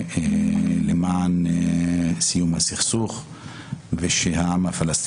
מראים איך אנחנו מתמודדים עם מישהו שסרח, שפשע.